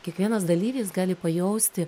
kiekvienas dalyvis gali pajausti